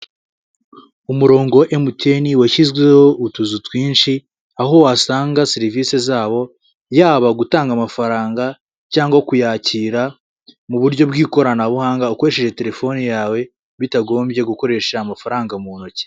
Umurongo wa emutiyeni washyizweho utuzu twinshi, aho wasanga serivisi zabo, yaba gutanga amafaranga cyangwa kuyakira mu buryo bw'ikoranabuhanga, ukoresheje telefoni yawe, bitagombye gukoresha amafaranga mu ntoki.